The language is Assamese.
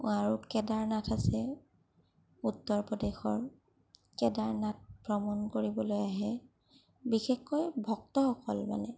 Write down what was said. আৰু কেদাৰনাথ আছে উত্তৰ প্ৰদেশৰ কেদাৰনাথ ভ্ৰমণ কৰিবলৈ আহে বিশেষকৈ ভক্তসকল মানে